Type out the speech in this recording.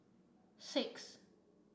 six